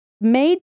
made